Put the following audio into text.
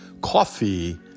Coffee